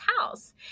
house